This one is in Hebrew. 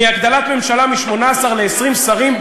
מהגדלת ממשלה מ-18 ל-20 שרים,